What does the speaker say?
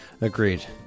Agreed